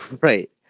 Right